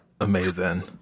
Amazing